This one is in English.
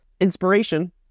inspiration